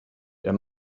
der